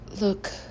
Look